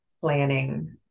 planning